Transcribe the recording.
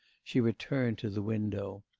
she returned to the window.